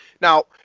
Now